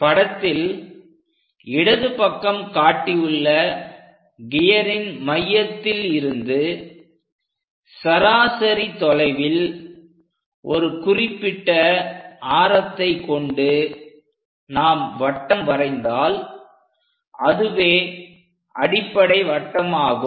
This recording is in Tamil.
படத்தில் இடது பக்கம் காட்டியுள்ள கியரின் மையத்தில் இருந்து சராசரி தொலைவில் ஒரு குறிப்பிட்ட ஆரத்தை கொண்டு நாம் வட்டம் வரைந்தால் அதுவே அடிப்படை வட்டம் ஆகும்